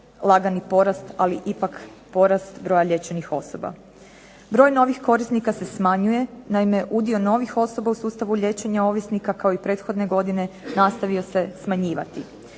lagani porast, ali ipak porast broja liječenih osoba. Broj novih korisnika se smanjuje. Naime, udio novih osoba u sustavu liječenja ovisnika kao i prethodne godine nastavio se smanjivati.